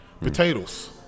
Potatoes